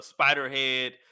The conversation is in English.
Spiderhead